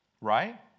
right